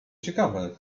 ciekawe